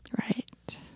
Right